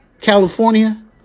California